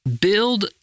build